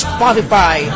Spotify